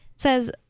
Says